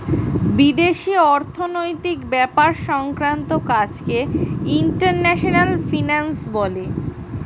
বিদেশি অর্থনৈতিক ব্যাপার সংক্রান্ত কাজকে ইন্টারন্যাশনাল ফিন্যান্স বলে